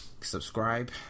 subscribe